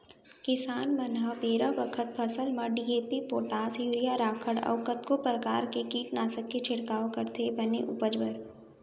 किसान मन ह बेरा बखत फसल म डी.ए.पी, पोटास, यूरिया, राखड़ अउ कतको परकार के कीटनासक के छिड़काव करथे बने उपज बर